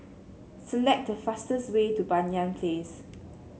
select the fastest way to Banyan Place